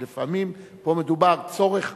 כי לפעמים פה מדובר בצורך